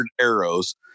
arrows